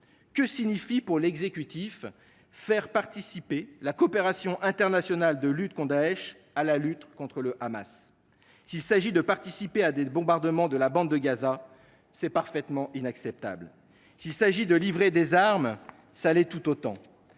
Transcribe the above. Que signifie, pour l’exécutif, faire « participer »« la coopération internationale de lutte contre Daech […] à la lutte contre le Hamas »? S’il s’agit de participer à des bombardements de la bande de Gaza, c’est parfaitement inacceptable ; s’il s’agit de livrer des armes, ça l’est tout autant.